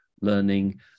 learning